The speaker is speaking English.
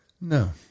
No